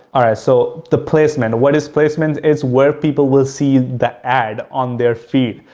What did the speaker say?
so, the placement, what is placement is where people will see the ad on their feed.